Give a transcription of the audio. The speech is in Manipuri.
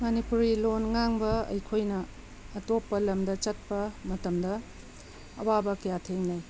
ꯃꯅꯤꯄꯨꯔꯤ ꯂꯣꯟ ꯉꯥꯡꯕ ꯑꯩꯈꯣꯏꯅ ꯑꯇꯣꯞꯄ ꯂꯝꯗ ꯆꯠꯄ ꯃꯇꯝꯗ ꯑꯋꯥꯕ ꯀꯌꯥ ꯊꯦꯡꯅꯩ